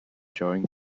drawing